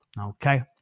okay